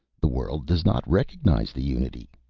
the world does not recognize the unity,